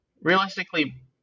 realistically